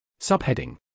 Subheading